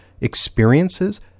experiences